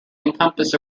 encompass